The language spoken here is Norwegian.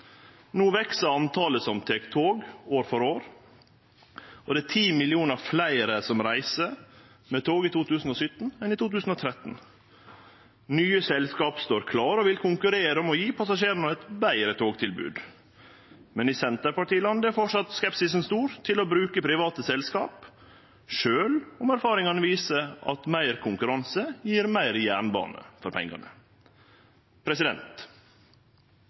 No veks talet på dei som tek tog, år for år. Det var 10 millionar fleire som reiste med tog i 2017 enn i 2013. Nye selskap står klare og vil konkurrere om å gje passasjerane eit betre togtilbod. Men i Senterparti-land er skepsisen framleis stor til å bruke private selskap, sjølv om erfaringane viser at meir konkurranse gjev meir jernbane for pengane.